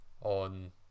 on